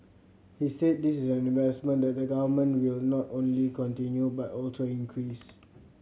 he said this is an investment that the Government will not only continue but also increase